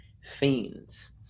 Fiends